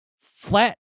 flat